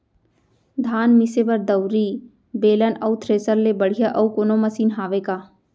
धान मिसे बर दउरी, बेलन अऊ थ्रेसर ले बढ़िया अऊ कोनो मशीन हावे का?